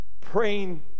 praying